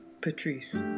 patrice